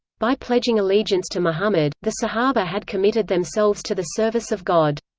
by pledging allegiance to muhammad, the sahabah had committed themselves to the service of god.